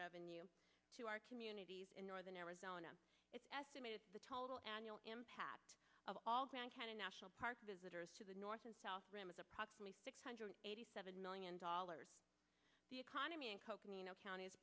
revenue to our communities in northern arizona it's estimated the total annual impact of all grand canyon national park visitors to the north and south rim is approximately six hundred eighty seven million dollars the economy in co